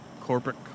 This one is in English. corporate